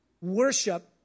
worship